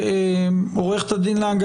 עו"ד לנג,